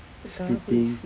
sleeping